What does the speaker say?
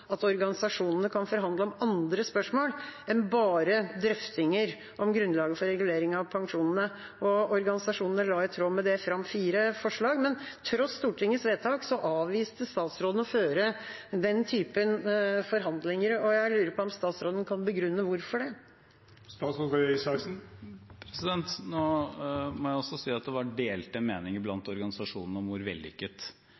at organisasjonene kan forhandle om andre spørsmål enn bare drøftinger av grunnlaget for regulering av pensjonene. Organisasjonene la i tråd med det fram fire forslag, men tross Stortingets vedtak avviste statsråden å føre den typen forhandlinger. Jeg lurer på om statsråden kan begrunne det. Nå må jeg også si at det var delte meninger